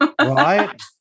Right